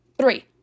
three